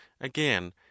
Again